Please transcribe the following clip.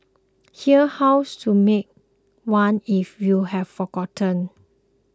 here's how to make one if you have forgotten